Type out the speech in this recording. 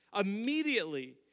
Immediately